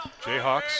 Jayhawks